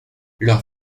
leur